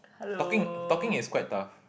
talking talking is quite tough